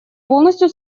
полностью